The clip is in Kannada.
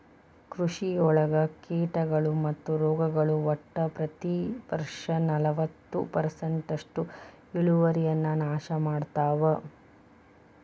ಕೃಷಿಯೊಳಗ ಕೇಟಗಳು ಮತ್ತು ರೋಗಗಳು ಒಟ್ಟ ಪ್ರತಿ ವರ್ಷನಲವತ್ತು ಪರ್ಸೆಂಟ್ನಷ್ಟು ಇಳುವರಿಯನ್ನ ನಾಶ ಮಾಡ್ತಾವ